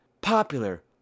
popular